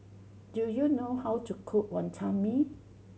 do you know how to cook Wantan Mee